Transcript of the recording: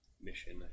mission